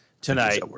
tonight